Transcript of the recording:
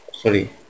Sorry